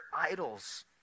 idols